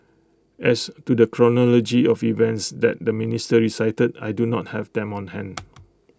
as to the chronology of events that the minister recited I do not have them on hand